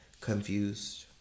confused